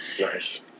Nice